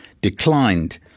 declined